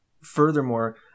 furthermore